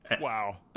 Wow